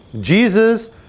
Jesus